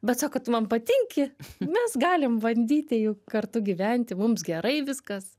bet sako tu man patinki mes galim bandyti jau kartu gyventi mums gerai viskas